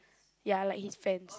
ya like his fans